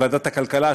ועדת הכלכלה,